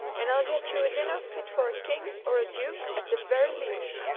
and i'll get you a dinner fit for a king or a duke, at the very least,